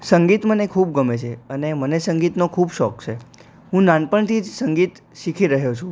સંગીત મને ખૂબ ગમે છે અને મને સંગીતનો ખૂબ શોખ છે હું નાનપણથી જ સંગીત શીખી રહ્યો છું